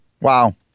Wow